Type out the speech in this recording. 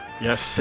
Yes